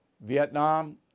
Vietnam